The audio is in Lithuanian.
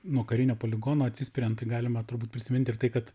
nuo karinio poligono atsispiriant tai galima turbūt prisimint ir tai kad